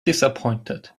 disappointed